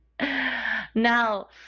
now